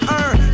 earn